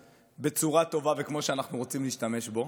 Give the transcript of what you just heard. בצורה טובה וכמו שאנחנו רוצים להשתמש בו,